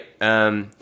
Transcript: right